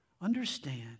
Understand